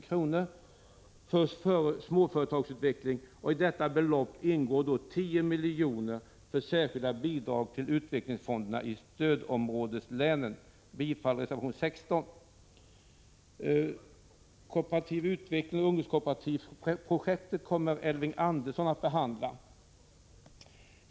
skall anvisas för småföretagsutveckling. I detta belopp ingår 10 miljoner för särskilda bidrag till utvecklingsfonderna i stödområdeslänen. Jag yrkar bifall till reservation 16. Kooperativ utveckling och ungdomskooperativprojektet är frågor som Elving Andersson kommer att ta upp.